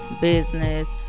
business